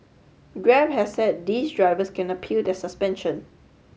grab has said these drivers can appeal their suspension